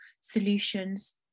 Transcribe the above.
solutions